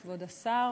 כבוד השר,